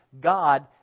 God